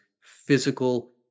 physical